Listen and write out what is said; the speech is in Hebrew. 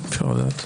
אפשר לדעת?